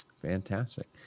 Fantastic